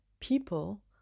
people